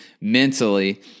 mentally